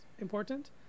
important